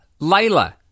Layla